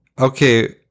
okay